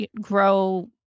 grow